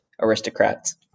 aristocrats